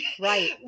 Right